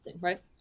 Right